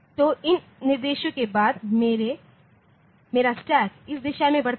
तो इन निर्देशों के बाद मेरा स्टैक इस दिशा में बढ़ता है